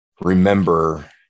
Remember